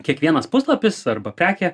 kiekvienas puslapis arba prekė